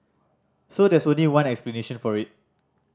so there's only one explanation for it